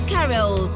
Carol